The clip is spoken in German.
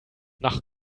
nach